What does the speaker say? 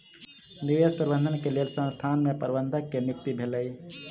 निवेश प्रबंधन के लेल संसथान में प्रबंधक के नियुक्ति भेलै